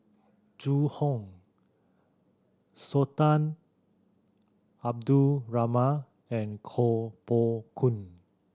Zhu Hong Sultan Abdul Rahman and Koh Poh Koon